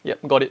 yup got it